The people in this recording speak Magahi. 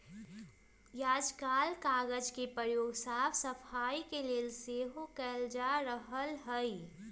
याजकाल कागज के प्रयोग साफ सफाई के लेल सेहो कएल जा रहल हइ